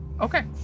Okay